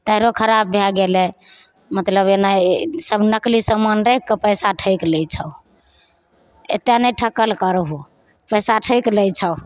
तारो खराब भए गेलय मतलब एना सब नकली सामान राखिके पैसा ठकि लै छहो एत्ते नहि ठकल करहो पैसा ठकि लै छहो